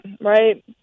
right